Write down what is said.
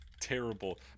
Terrible